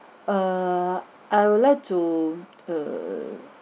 err I would like to err